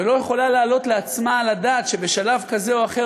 ולא יכולה להעלות על הדעת שבשלב כזה או אחר